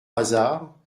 hasard